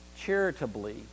charitably